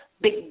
big